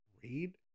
read